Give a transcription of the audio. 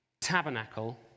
tabernacle